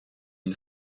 une